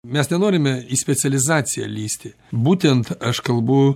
mes nenorime į specializaciją lįsti būtent aš kalbu